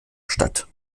stadt